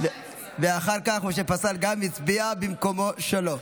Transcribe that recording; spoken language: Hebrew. ואחר כך משה פסל גם הצביע במקומו שלו.